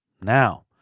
Now